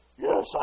yes